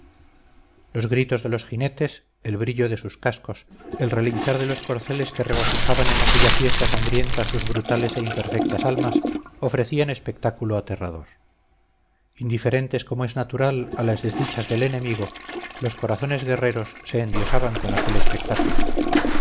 los gritos de los jinetes el brillo de sus cascos el relinchar de los corceles que regocijaban en aquella fiesta sangrienta sus brutales e imperfectas almas ofrecían espectáculo aterrador indiferentes como es natural a las desdichas del enemigo los corazones guerreros se endiosaban con aquel espectáculo